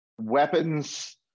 weapons-